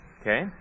Okay